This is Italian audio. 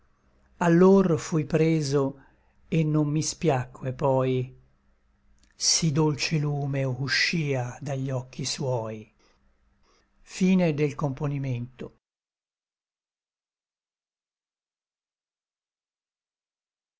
allor fui preso et non mi spiacque poi sí dolce lume uscia degli occhi suoi non